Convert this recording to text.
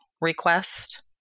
request